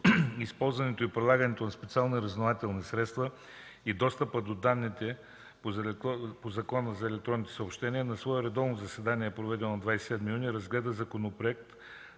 използването и прилагането на специалните разузнавателни средства и достъпа до данните по Закона за електронните съобщения на свое редовно заседание, проведено на 27 юни 2013 г., разгледа Законопроект